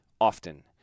often